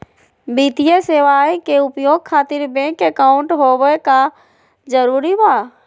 वित्तीय सेवाएं के उपयोग खातिर बैंक अकाउंट होबे का जरूरी बा?